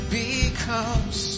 becomes